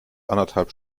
anderthalb